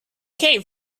came